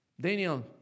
Daniel